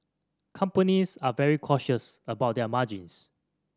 companies are very cautious about their margins